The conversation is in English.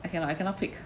I cannot I cannot pick